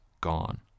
gone